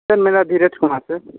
sir मेरा Dheeraj Kumar sir